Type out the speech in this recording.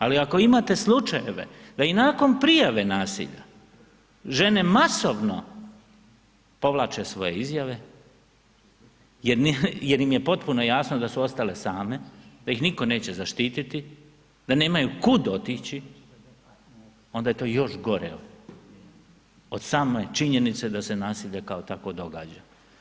Ali ako imate slučajeve da i nakon prijave nasilja žene masovno povlače svoje izjave jer im je potpuno jasno da su ostale same, da ih nitko neće zaštiti da nemaju kud otići onda je to još gore od same činjenice da se nasilje kao takvo događa.